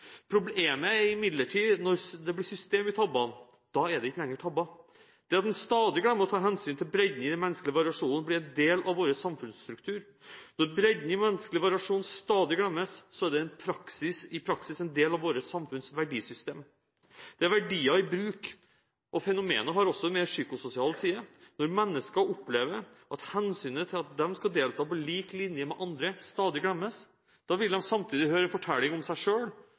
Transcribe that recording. Problemet er imidlertid at når det blir system i tabbene, er det ikke lenger tabber. Det at en stadig glemmer å ta hensyn til bredden i den menneskelige variasjon, blir en del av vår samfunnsstruktur. Når bredden i menneskelig variasjon stadig glemmes, er det i praksis en del av vårt samfunns verdisystem. Det er verdier i bruk. Fenomenet har også en mer psykososial side: Når mennesker opplever at hensynet til at de skal delta på lik linje med andre, stadig glemmes, vil de samtidig høre en fortelling om seg